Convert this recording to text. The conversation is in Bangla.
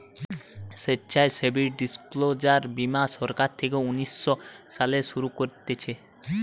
স্বেচ্ছাসেবী ডিসক্লোজার বীমা সরকার থেকে উনিশ শো সালে শুরু করতিছে